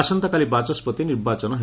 ଆସନ୍ତାକାଲି ବାଚସ୍ୱତି ନିର୍ବାଚନ ହେବ